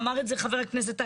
אמר את זה חבר הכנסת אייכלר,